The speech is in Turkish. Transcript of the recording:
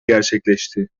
gerçekleşti